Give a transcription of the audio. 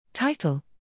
Title